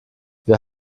wir